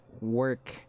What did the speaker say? work